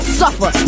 suffer